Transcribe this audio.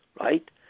right